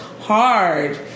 hard